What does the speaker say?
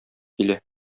килә